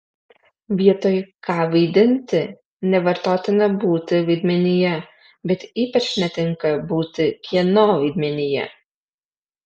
vietoj ką vaidinti nevartotina būti vaidmenyje bet ypač netinka būti kieno vaidmenyje